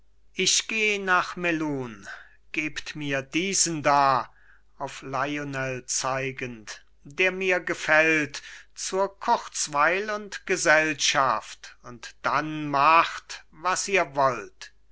ich geh nach melun gebt mir diesen da auf lionel zeigend der mir gefällt zur kurzweil und gesellschaft und dann macht was ihr wollt